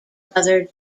brother